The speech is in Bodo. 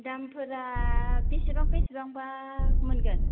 दामफोरा बेसेबां बेसेबांबा मोनगोन